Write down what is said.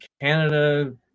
Canada